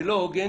זה לא הוגן